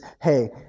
hey